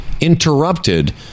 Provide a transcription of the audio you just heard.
interrupted